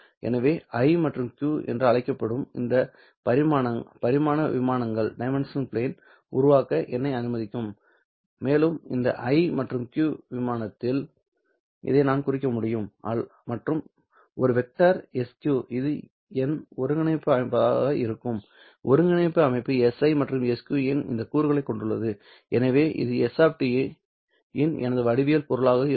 இது I மற்றும் Q என அழைக்கப்படும் இரு பரிமாண விமானத்தை உருவாக்க என்னை அனுமதிக்கும் மேலும் இந்த I மற்றும் Q விமானத்தில் இதை நான் குறிக்க முடியும் மற்றும் ஒரு வெக்டர் என sq இது என் ஒருங்கிணைப்பு அமைப்பாக இருக்கும் ஒருங்கிணைப்பு அமைப்பு si மற்றும் sq இன் இந்த கூறுகளைக் கொண்டுள்ளது எனவே இது s இன் எனது வடிவியல் பொருளாக இருக்கும்